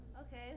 Okay